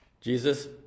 Jesus